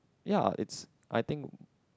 ya it's I think